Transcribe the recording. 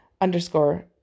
underscore